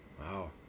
Wow